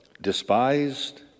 despised